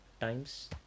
times